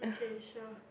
okay sure